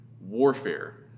warfare